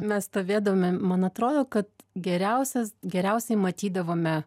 mes stovėdami man atrodo kad geriausias geriausiai matydavome